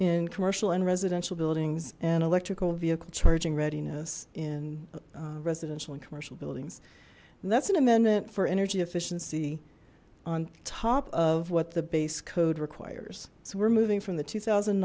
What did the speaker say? in commercial and residential buildings and electrical vehicle charging readiness in residential and commercial buildings and that's an amendment for energy efficiency on top of what the base code requires so we're moving from the two thousand